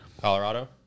Colorado